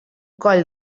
coll